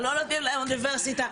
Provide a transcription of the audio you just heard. הלא נותנים להם אוניברסיטה,